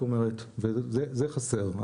זה חסר.